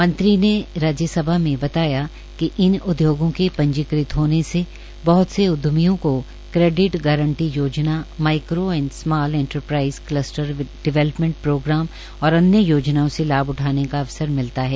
मंत्री ने राज्य सभा में बताया कि इन उद्योगों के पंजीकृत होने से बह्त से उद्यमियों को क्रेडिट गांरटी योजना micro and small enterprises cluster development programme और अन्य योजनाओं से लाभ उठाने का अवसर मिलता है